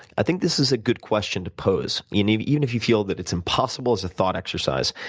i think this is a good question to pose, you know even if you feel that it's impossible as a thought exercise.